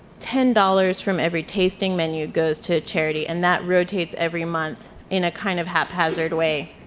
ten dollars from every tasting menu goes to a charity, and that rotates every month in a kind of haphazard way.